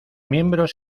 miembros